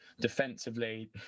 defensively